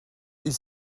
ils